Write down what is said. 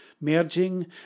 merging